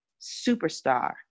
superstar